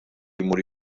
jmur